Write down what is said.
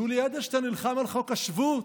יולי אדלשטיין נלחם על חוק השבות,